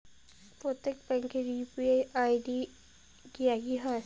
প্রত্যেক ব্যাংকের UPI ID কি একই হয়?